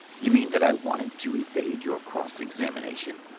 you mean that i wanted to evade your cross-examination?